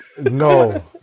no